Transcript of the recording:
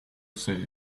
say